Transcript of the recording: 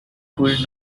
could